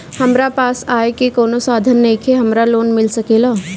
हमरा पास आय के कवनो साधन नईखे हमरा लोन मिल सकेला?